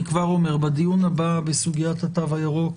אני כבר אומר שבדיון הבא בסוגיית התו הירוק,